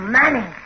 money